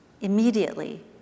immediately